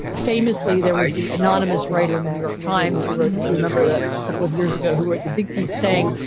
famously, there was the anonymous writer in the new york times who wrote, if you remember the couple of years ago who wrote the big piece saying,